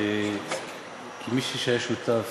כמי שהיה שותף